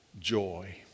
Joy